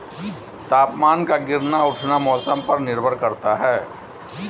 तापमान का गिरना उठना मौसम पर निर्भर करता है